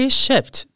shift